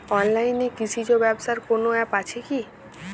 অনলাইনে কৃষিজ ব্যবসার কোন আ্যপ আছে কি?